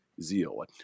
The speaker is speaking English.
zeal